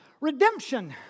redemption